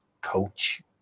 coach